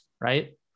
right